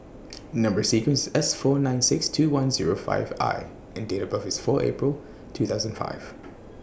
Number sequence IS S four nine six two one Zero five I and Date of birth IS four April two thousand and five